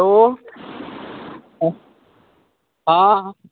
hello हँ